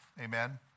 Amen